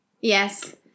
Yes